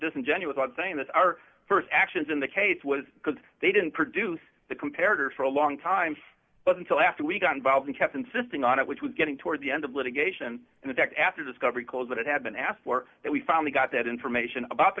disingenuous about saying that our st actions in the case was because they didn't produce the compared or for a long time until after we got involved and kept insisting on it which was getting toward the end of litigation and that after discovery close that it had been asked for that we finally got that information about